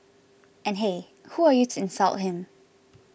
and hey who are you to insult him